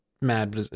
mad